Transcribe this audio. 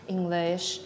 English